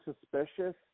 suspicious